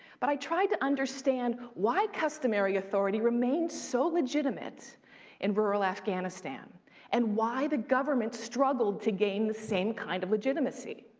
but i tried to understand why customary authority remained so legitimate in rural afghanistan and why the government struggled to gain the same kind of legitimacy,